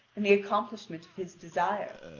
and the accomplishment of his desire,